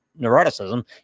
neuroticism